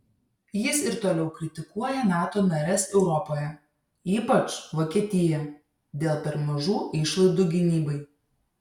jis ir toliau kritikuoja nato nares europoje ypač vokietiją dėl per mažų išlaidų gynybai